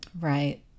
Right